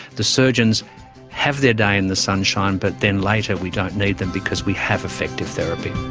the surgeons have their day in the sunshine, but then later we don't need them because we have effective therapy.